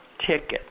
ticket